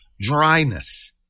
dryness